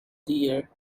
dear